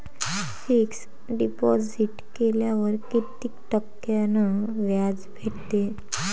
Fix deposit केल्यावर कितीक टक्क्यान व्याज भेटते?